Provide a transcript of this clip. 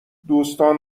دوستان